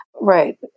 Right